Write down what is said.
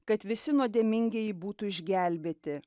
kad visi nuodėmingieji būtų išgelbėti